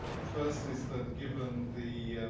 ah first is that given the,